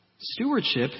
stewardship